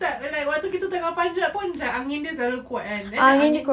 tak like waktu kita tengah panjat pun macam angin dia terlalu kuat kan then the angin